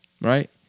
right